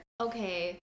okay